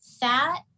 Fat